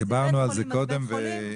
דיברנו על זה קודם והעלינו את זה.